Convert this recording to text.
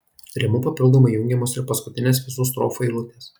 rimu papildomai jungiamos ir paskutinės visų strofų eilutės